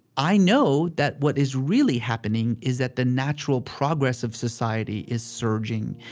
i know that what is really happening is that the natural progress of society is surging.